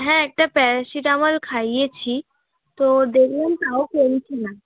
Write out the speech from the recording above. হ্যাঁ একটা প্যারাসিটামল খাইয়েছি তো দেখলাম তাও কমছে না